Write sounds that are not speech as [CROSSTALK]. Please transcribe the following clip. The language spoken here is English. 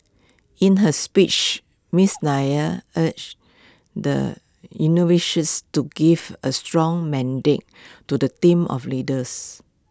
in her speech miss Nair urged the [UNINTELLIGIBLE] to give A strong mandate to the team of leaders